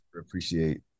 appreciate